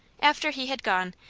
after he had gone,